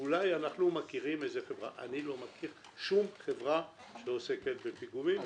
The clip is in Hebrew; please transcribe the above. שאולי אנחנו מכירים איזה חברה אני לא מכיר שום חברה שעוסקת בפיגומים,